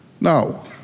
Now